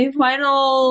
final